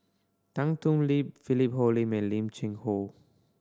Tan Thoon Lip Philip Hoalim and Lim Cheng Hoe